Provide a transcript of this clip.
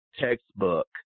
textbook